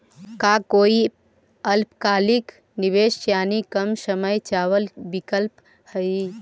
का कोई अल्पकालिक निवेश यानी कम समय चावल विकल्प हई?